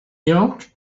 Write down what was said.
york